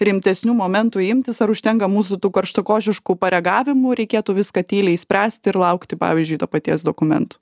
rimtesnių momentų imtis ar užtenka mūsų tų karštakošiškų paragavimų reikėtų viską tyliai spręsti ir laukti pavyzdžiui to paties dokumentų